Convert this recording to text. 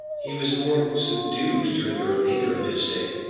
he was more subdued during the remainder of his stay